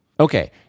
Okay